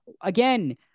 again